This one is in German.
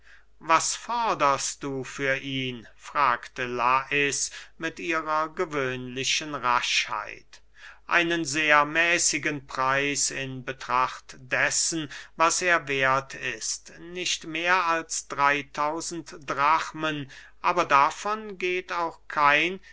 was forderst du für ihn fragte lais mit ihrer gewöhnlichen raschheit einen sehr mäßigen preis in betracht dessen was er werth ist nicht mehr als drey tausend drachmen aber davon geht auch kein